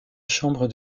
chambre